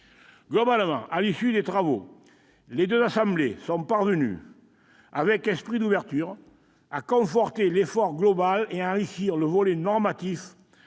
l'ensemble, à l'issue des travaux, les deux assemblées sont parvenues, avec esprit d'ouverture, à conforter l'effort global et à enrichir le volet normatif